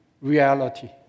reality